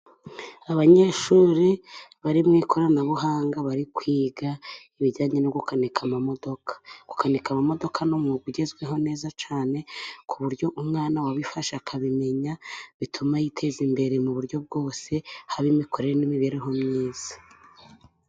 Abanyeshuri bari mu ikoranabuhanga bari kwiga ibijyanye no gukanika imodoka. Gukanika imodoka ni umwuga ugezweho neza cyane, ku buryo umwana wabifashe akabimenya, bituma yiteza imbere mu buryo bwose, haba imikorere n'imibereho myiza.